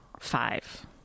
Five